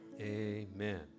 Amen